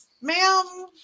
Ma'am